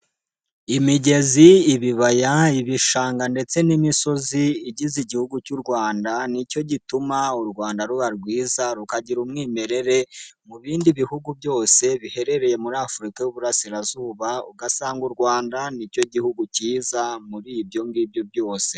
Imigezi, ibibaya, ibishanga ndetse n'imisozi igize Igihugu cy'u Rwanda ni cyo gituma u Rwanda ruba rwiza rukagira umwimerere mu bindi bihugu byose biherereye muri Afurika y'Uburasirazuba ugasanga u Rwanda ni cyo Gihugu kiza muri ibyo ngibyo byose.